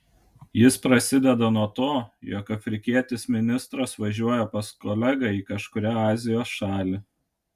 jis prasideda nuo to jog afrikietis ministras važiuoja pas kolegą į kažkurią azijos šalį